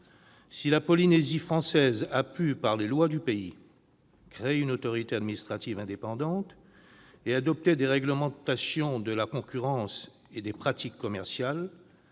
Si la Polynésie française a pu, par les lois du pays, créer une autorité administrative indépendante et adopter des réglementations de la concurrence et des pratiques commerciales,